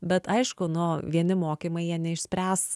bet aišku nu vieni mokymai jie neišspręs